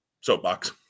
soapbox